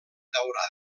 daurada